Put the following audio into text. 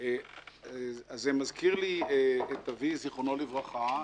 זה מזכיר לי את אבי זיכרונו לברכה,